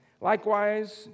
Likewise